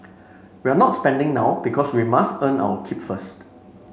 we're not spending now because we must earn our keep first